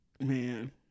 man